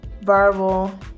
Verbal